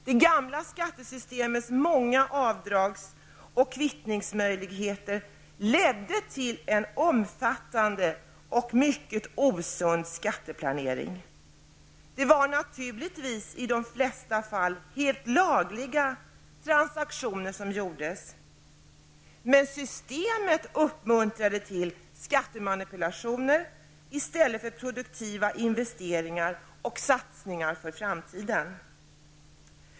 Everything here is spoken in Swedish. Det gamla skattesystemets många avdrags och kvittningsmöjligheter ledde till en omfattande och mycket osund skatteplanering. Det var naturligtvis i de flesta fall helt lagliga transaktioner som gjordes. Men systemet uppmuntrade till skattemanipulationer i stället för produktiva investeringar och satsningar för framtiden.